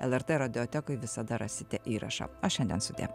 lrt radiotekoj visada rasite įrašą o šiandien sudie